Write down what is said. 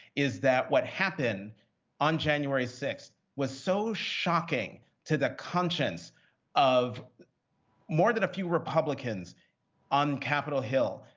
is that what happened on january six was so shocking to the conscience of more than a few republicans on capitol hill,